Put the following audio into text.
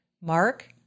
Mark